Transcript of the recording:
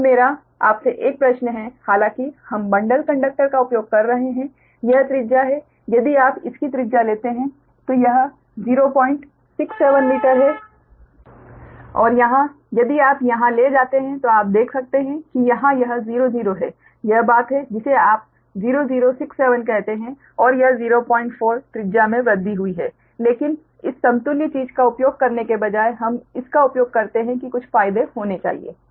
अब मेरा आपसे एक प्रश्न है हालांकि हम बंडल्ड कंडक्टर का उपयोग कर रहे हैं यह त्रिज्या है यदि आप इसकी त्रिज्या लेते हैं तो यह 067 मीटर है और यहाँ यदि आप यहाँ ले जाते हैं तो आप देख सकते हैं कि यहाँ यह 0 0 है यह बात है जिसे आप 0 0 6 7 कहते हैं और यह 04 त्रिज्या में वृद्धि हुई है लेकिन इस समतुल्य चीज़ का उपयोग करने के बजाय हम इस का उपयोग करते हैं कि कुछ फायदे होने चाहिए